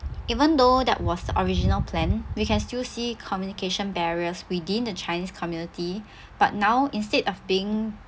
even though that was the original plan we can still see communication barriers within the chinese community but now instead of being